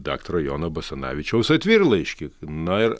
daktaro jono basanavičiaus atvirlaiškį na ir